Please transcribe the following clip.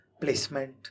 placement